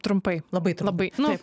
trumpai labai labai nu